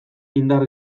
indar